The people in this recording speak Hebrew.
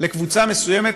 לקבוצה מסוימת.